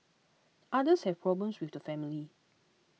others have problems with the family